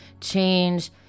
change